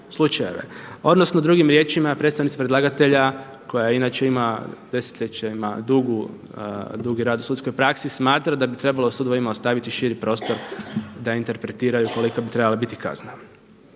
odnosno drugim riječima, predstavnici predlagatelja koja inače ima desetljeće, ima dugi rad u sudskoj praksi, smatra da bi trebalo sudovima ostaviti širi prostor da interpretiraju koliko bi trebala biti kazna.